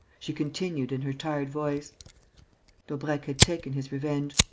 she continued, in her tired voice daubrecq had taken his revenge.